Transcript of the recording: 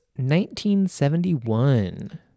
1971